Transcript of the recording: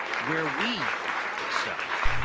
where we excell,